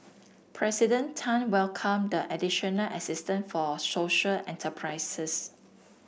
President Tan welcomed the additional assistance for social enterprises